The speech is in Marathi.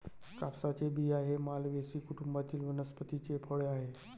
कापसाचे बिया हे मालवेसी कुटुंबातील वनस्पतीचे फळ आहे